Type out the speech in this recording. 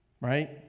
Right